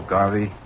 Garvey